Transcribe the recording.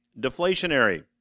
deflationary